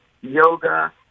yoga